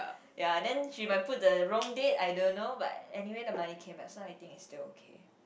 ya then she might put the wrong date I don't know but anyway the money came back so I think it's still okay